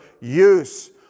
use